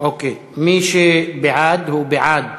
מי שבעד, הוא בעד